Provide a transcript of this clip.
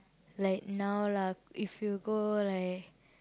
like now lah if you go like